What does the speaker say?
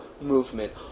movement